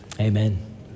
amen